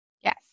Yes